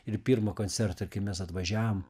ir pirmą koncertą ir kai mes atvažiavom